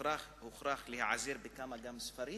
מוכרח להיעזר בכמה ספרים,